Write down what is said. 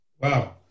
Wow